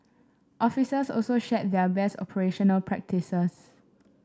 officers also shared their best operational practices